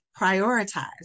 prioritize